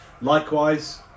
Likewise